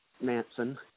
Manson